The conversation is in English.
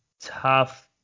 tough